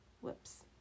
Whoops